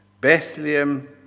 Bethlehem